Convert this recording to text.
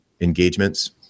engagements